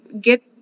get